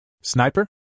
Sniper